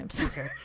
Okay